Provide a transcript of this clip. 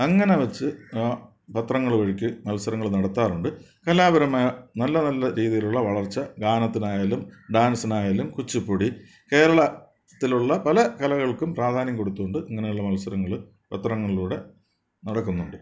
അങ്ങനെ വെച്ച് ആ പത്രങ്ങൾ വഴിക്കു മത്സരങ്ങൾ നടത്താറുണ്ട് കലാപരമായ നല്ല നല്ല രീതിയിലുള്ള വളർച്ച ഗാനത്തിനായാലും ഡാൻസിനായാലും കുച്ചുപ്പുടി കേരളത്തിലുള്ള പല കലകൾക്കും പ്രാധാന്യം കൊടുത്തു കൊണ്ട് ഇങ്ങനെയുള്ള മത്സരങ്ങൾ പത്രങ്ങളിലൂടെ നടക്കുന്നുണ്ട്